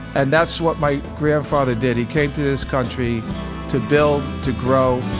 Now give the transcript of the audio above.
and that's what my grandfather did. he came to this country to build, to grow,